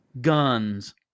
guns